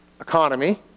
economy